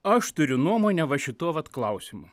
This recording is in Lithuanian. aš turiu nuomonę va šituo vat klausimu